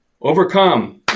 overcome